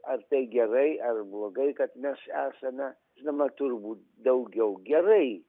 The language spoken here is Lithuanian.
ar tai gerai ar blogai kad mes esame žinoma turbūt daugiau gerai